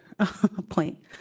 point